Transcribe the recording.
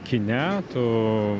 kine tu